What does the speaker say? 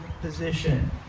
position